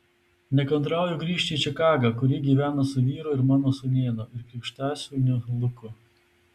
nekantrauju grįžti į čikagą kur ji gyvena su vyru ir mano sūnėnu ir krikštasūniu luku